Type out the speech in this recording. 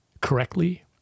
correctly